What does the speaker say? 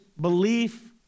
belief